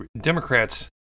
Democrats